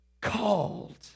Called